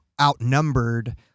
outnumbered